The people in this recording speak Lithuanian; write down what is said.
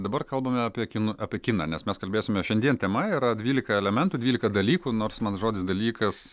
dabar kalbame apie kin apie kiną nes mes kalbėsime šiandien tema yra dvylika elementų dvylika dalykų nors man žodis dalykas